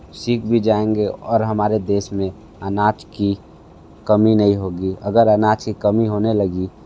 सीख भी जाएंगे और हमारे देश में अनाज की कमी नहीं होगी अगर अनाज की कमी होने लगी